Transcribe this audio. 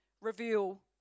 reveal